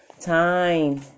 time